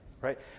right